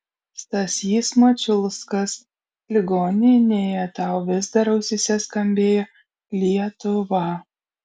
stasys mačiulskas ligoninėje tau vis dar ausyse skambėjo lietuva